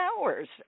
hours